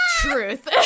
truth